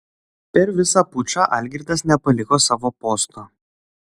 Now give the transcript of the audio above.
per visą pučą algirdas nepaliko savo posto